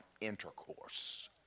intercourse